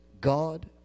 God